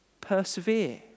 Persevere